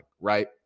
right